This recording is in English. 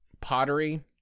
pottery